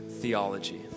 theology